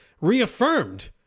reaffirmed